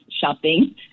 shopping